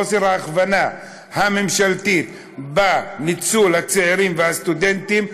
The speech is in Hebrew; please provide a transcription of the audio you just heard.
חוסר ההכוונה הממשלתית בניצול הצעירים והסטודנטים,